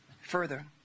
Further